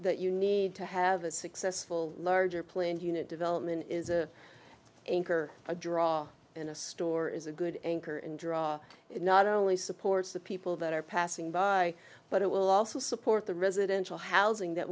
that you need to have a successful larger planned unit development is a anchor a draw in a store is a good anchor and draw it not only supports the people that are passing by but it will also support the residential housing that